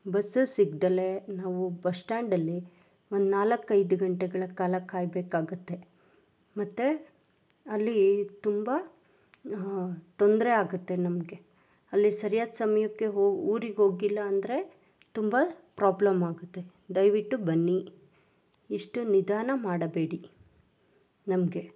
bus ಸಿಗ್ದೆಲೇ ನಾವು bus ಸ್ಟ್ಯಾಂಡಲ್ಲಿ ಒಂದು ನಾಲ್ಕು ಐದು ಗಂಟೆಗಳ ಕಾಲ ಕಾಯಬೇಕಾಗತ್ತೆ ಮತ್ತೆ ಅಲ್ಲಿ ತುಂಬ ತೊಂದರೆ ಆಗುತ್ತೆ ನಮಗೆ ಅಲ್ಲಿ ಸರಿಯಾದ ಸಮಯಕ್ಕೆ ಹೋ ಊರಿಗೆ ಹೋಗಿಲ್ಲಾ ಅಂದರೆ ತುಂಬ ಪ್ರೋಬ್ಲಮ್ ಆಗುತ್ತೆ ದಯವಿಟ್ಟು ಬನ್ನಿ ಇಷ್ಟು ನಿಧಾನ ಮಾಡಬೇಡಿ ನಮಗೆ